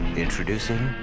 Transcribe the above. introducing